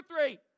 three